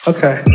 Okay